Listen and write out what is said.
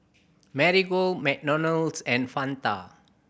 Marigold McDonald's and Fanta